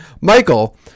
Michael